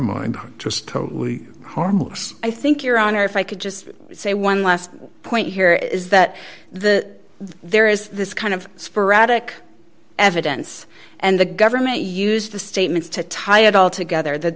mind just totally harmless i think your honor if i could just say one last point here is that the there is this kind of sporadic evidence and the government used the statements to tie it all together the